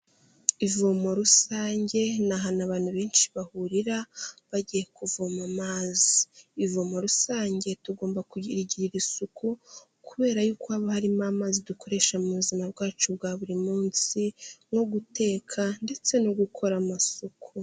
Ivomo rusange ni ahantu abantu benshi bahurira bagiye kuvoma amazi. Ivomo rusange tugomba kurigirira isuku kubera yuko haba harimo amazi dukoresha mu buzima bwacu bwa buri munsi nko guteka ndetse no gukora amasuku.